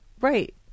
right